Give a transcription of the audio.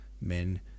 men